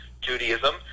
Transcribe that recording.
Judaism